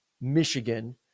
Michigan